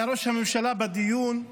היה ראש הממשלה בדיון,